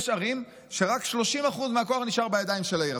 יש ערים שרק 30% מהכוח נשאר בידיים של העיר.